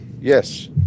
Yes